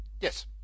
Yes